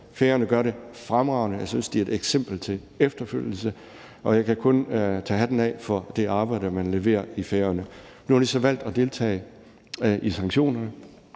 Færøerne gør det fremragende, og jeg synes, at de er et eksempel til efterfølgelse, og jeg kan kun tage hatten af for det arbejde, man leverer i Færøerne. Nu har de så valgt at deltage i sanktionerne.